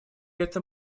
этом